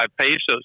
pesos